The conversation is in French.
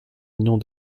millions